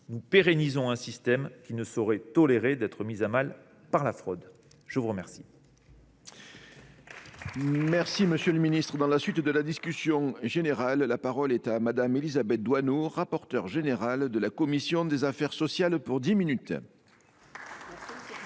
nous pérennisons un système qui ne saurait tolérer d’être mis à mal par la fraude. La parole